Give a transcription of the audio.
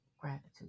gratitude